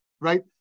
right